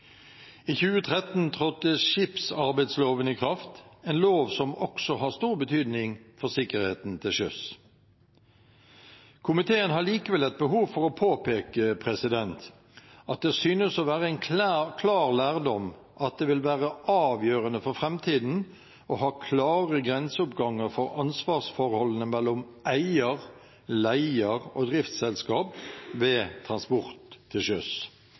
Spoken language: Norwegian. I 2013 trådte skipsarbeidsloven i kraft, en lov som også har stor betydning for sikkerheten til sjøs. Komiteen har likevel et behov for å påpeke at det synes å være en klar lærdom at det vil være avgjørende for framtiden å ha klare grenseoppganger for ansvarsforholdene mellom eier, leier og driftsselskap ved transport til sjøs.